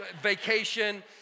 vacation